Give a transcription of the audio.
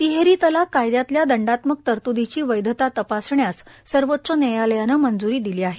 तिहेरी तलाक कायदयातल्या दंडात्मक तरतुदीची वैधता तपासण्यास सर्वोच्च न्यायालयानं मंजूरी दिली आहे